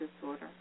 disorder